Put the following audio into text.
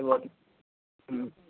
సరిపోతుంది